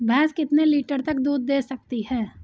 भैंस कितने लीटर तक दूध दे सकती है?